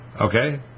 Okay